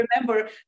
remember